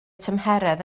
tymheredd